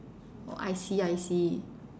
oh I see I see